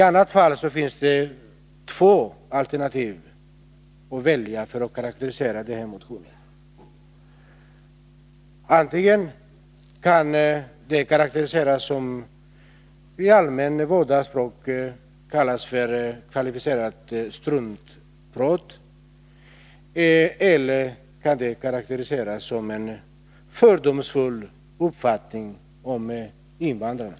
I annat fall finns det två alternativ att välja mellan för att karakterisera motionen. Antingen kan den karakteriseras som det som i allmänt vårdat språk kallas kvalificerat struntprat eller också som en fördomsfull uppfattning om invandrarna.